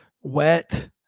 wet